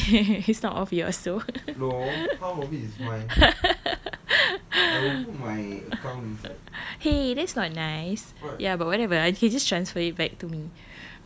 my money is not off yours so !hey! that's not nice ya but whatever I can just transfer it back to me